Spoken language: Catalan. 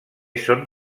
són